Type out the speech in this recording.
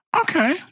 Okay